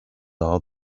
are